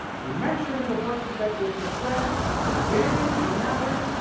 he mentioned in the verses that we have just read forbidding to marry,